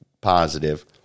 positive